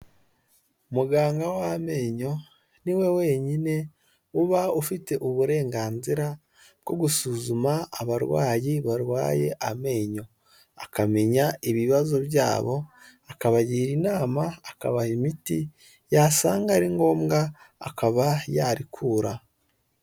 Muganga w'amenyo ni we wenyine uba ufite uburenganzira bwo gusuzuma abarwayi barwaye amenyo. Akamenya ibibazo byabo, akabagira inama, akabaha imiti, yasanga ari ngombwa, akaba yarikura.